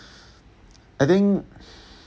I think